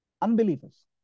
unbelievers